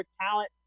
talent